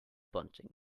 bunting